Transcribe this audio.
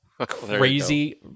Crazy